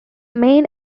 main